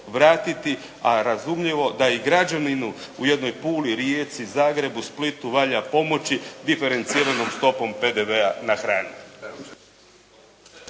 vratiti, a razumljivo da i građaninu u jednoj Puli, Rijeci, Zagrebu, Splitu valja pomoći diferenciranom stopom PDV-a na hranu.